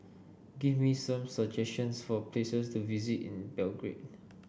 give me some suggestions for places to visit in Belgrade